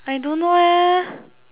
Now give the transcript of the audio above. I don't know leh